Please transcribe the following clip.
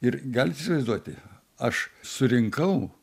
ir galit įsivaizduoti aš surinkau